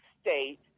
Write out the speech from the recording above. state